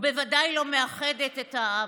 ובוודאי לא מאחדת את העם.